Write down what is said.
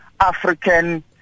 african